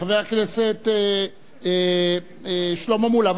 חבר הכנסת שלמה מולה,